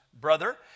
brother